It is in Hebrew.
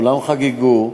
כולם חגגו.